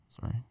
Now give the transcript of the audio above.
Sorry